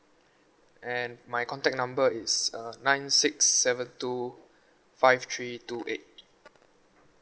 and my contact number it's uh nine six seven two five three two eight